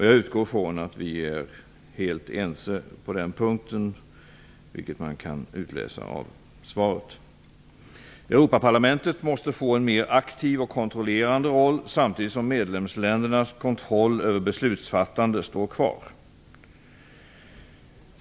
Jag utgår från att vi är helt ense på den punkten, vilket också kan utläsas av svaret. Europaparlamentet måste få en mer aktiv och kontrollerande roll, samtidigt som medlemsländernas kontroll över beslutsfattande står kvar.